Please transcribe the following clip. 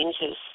changes